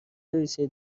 ریشه